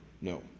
no